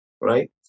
Right